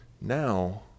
Now